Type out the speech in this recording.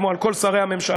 כמו על כל שרי הממשלה,